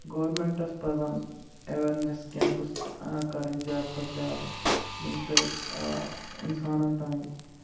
گرومینٹَس پَزَن awareness campus کرٕنۍ زیادٕ کھۄتہٕ زیادٕ ییٚمہِ سۭتۍ اِنسانَن تانۍ